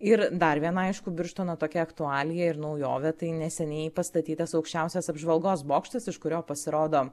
ir dar viena aišku birštono tokia aktualija ir naujovė tai neseniai pastatytas aukščiausias apžvalgos bokštas iš kurio pasirodo